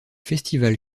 festivals